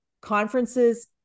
conferences